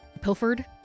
pilfered